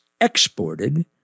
exported